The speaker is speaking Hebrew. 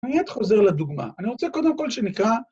אני מיד חוזר לדוגמה. אני רוצה קודם כל שנקרא...